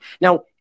now